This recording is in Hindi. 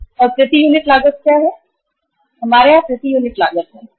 और प्रति यूनिट लागत क्या है हमारे यहां प्रति यूनिट लागत प्रति यूनिट लागत है